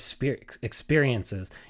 experiences